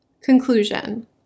Conclusion